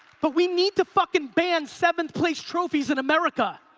but we need to fucking ban seventh place trophies in america.